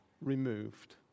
removed